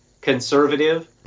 conservative